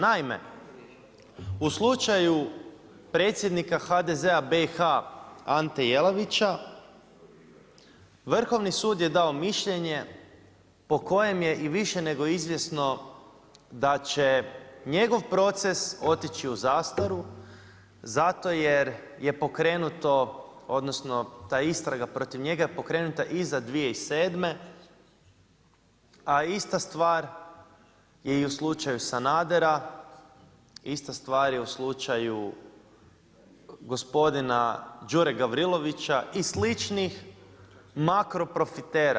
Naime, u slučaju predsjednika HDZ-a BiH Ante Jelavića Vrhovni sud je dao mišljenje po kojem je i više nego izvjesno da će njegov proces otići u zastaru zato jer je pokrenuto odnosno ta istraga protiv njega je pokrenuta iz 2007. a ista stvar je i u slučaju Sanadera, ista stvar je u slučaju gospodina Đure Gavrilovića i sličnih makro profitera.